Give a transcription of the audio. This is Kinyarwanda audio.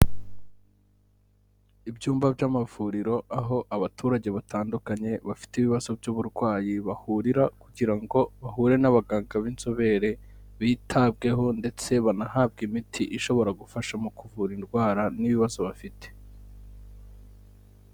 Ibyumba by'amavuriro aho abaturage batandukanye bafite ibibazo by'uburwayi bahurira, kugira ngo bahure n'abaganga b'inzobere bitabweho, ndetse banahabwe imiti ishobora gufasha mu kuvura indwara n'ibibazo bafite.